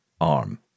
arm